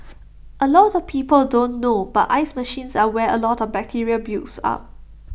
A lot of people don't know but ice machines are where A lot of bacteria builds up